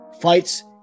fights